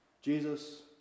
Jesus